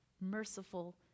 merciful